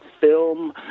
Film